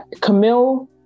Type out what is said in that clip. Camille